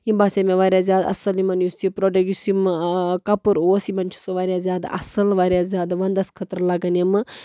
یِم باسے مےٚ وارِیاہ زیادٕ اَصٕل یِمن یُس یہِ پرٛوڈکٹ یُس یِم کَپُر اوس یمن چھُ سُہ وارِیاہ زیادٕ اَصٕل وارِیاہ زیادٕ ونٛدس خٲطرٕ لَگان یِمہٕ